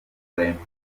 olempike